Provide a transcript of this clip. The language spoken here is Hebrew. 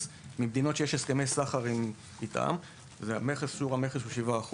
ממדינות שיש איתן הסכמי סחר ושיעור המכס הוא 7%